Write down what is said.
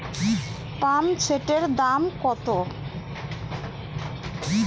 পাম্পসেটের দাম কত?